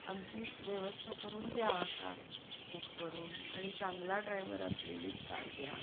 आमची व्यवस्था करून द्या कार बुक करून आणि चांगला ड्रायव्हर असलेलीच कार द्या